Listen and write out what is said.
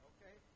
Okay